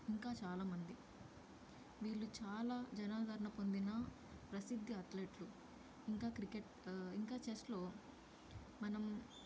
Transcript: ఇంకా చాలామంది వీళ్ళు చాలా జనాదరణ పొందిన ప్రసిద్ధి అథ్లెట్లు ఇంకా క్రికెట్ ఇంకా చెస్లో మనం